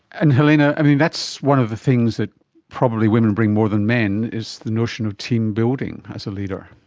and helena, that's one of the things that probably women bring more than men, is the notion of teambuilding as a leader.